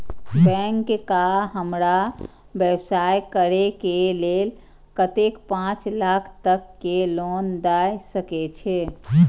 Bank का हमरा व्यवसाय करें के लेल कतेक पाँच लाख तक के लोन दाय सके छे?